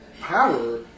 power